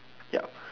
yup